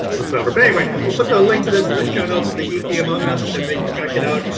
whatsoever. but anyway, we'll put the link to this in the show notes for the geeky among us, and they can check it out.